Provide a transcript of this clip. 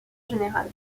général